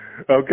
Okay